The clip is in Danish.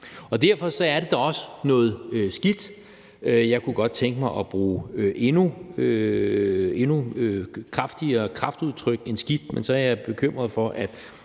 Derfor er det da også noget skidt – jeg kunne godt tænke mig at bruge endnu kraftigere kraftudtryk end »skidt«, men så er jeg bekymret for,